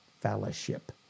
fellowship